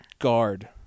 Guard